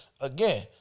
Again